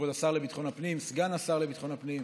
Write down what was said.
כבוד השר לביטחון הפנים, סגן השר לביטחון הפנים,